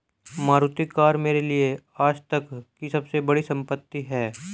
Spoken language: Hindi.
मारुति कार मेरे लिए आजतक की सबसे बड़ी संपत्ति है